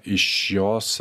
iš jos